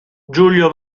giulio